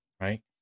right